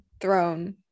throne